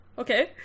Okay